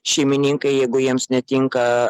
šeimininkai jeigu jiems netinka